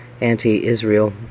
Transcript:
anti-Israel